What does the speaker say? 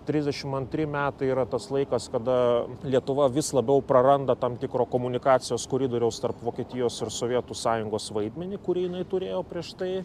trisdešimt antri metai yra tas laikas kada lietuva vis labiau praranda tam tikro komunikacijos koridoriaus tarp vokietijos ir sovietų sąjungos vaidmenį kurį jinai turėjo prieš tai